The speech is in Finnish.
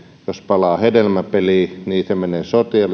jos pelaa hedelmäpeliä niin ne menevät sosiaali ja